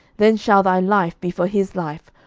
then shall thy life be for his life,